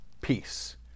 peace